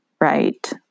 right